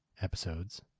episodes